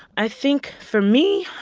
i think, for me,